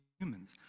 humans